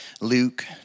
Luke